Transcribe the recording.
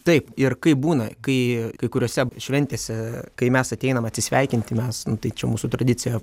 taip ir kaip būna kai kai kuriose šventėse kai mes ateinam atsisveikinti mes tai čia mūsų tradicija